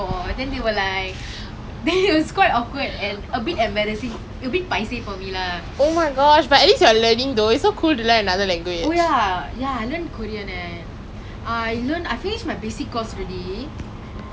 no lah private [what] like a lot of international students eh do you know like got some from korea also and when I hear them speak korean right I like like damn interested because like you know lah I watch K drama and I like K pop and stuff